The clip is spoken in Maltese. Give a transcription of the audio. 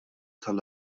tal